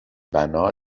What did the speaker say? بنا